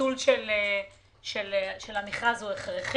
הביטול של המכרז הוא הכרחי.